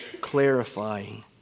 clarifying